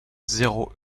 zéro